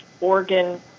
organ